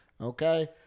Okay